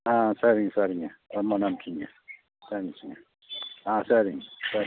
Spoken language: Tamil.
ஆ சரிங்க சரிங்க ரொம்ப நன்றிங்க தேங்க்ஸுங்க ஆ சரிங்க சரி